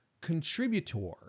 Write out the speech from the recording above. contributor